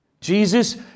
Jesus